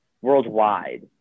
Worldwide